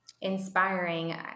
inspiring